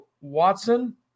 Watson